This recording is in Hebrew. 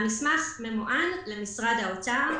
המסמך ממוען למשרד האוצר.